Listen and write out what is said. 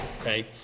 okay